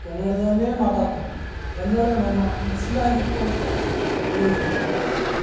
ಕನ್ನಡದನ್ನೇ ಮಾತಾಡ್ತಿದ್ವಿ ಕನ್ನಡ ನಮ್ಮ ಉಸಿರಾಗಿತ್ತು ಅಂತ ಹೇಳಿದರೆ ತಪ್ಪಾಗಲಿಕ್ಕಿಲ್ಲ